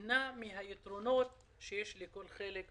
נהנה מהיתרונות שיש לכל חלק באוכלוסייה".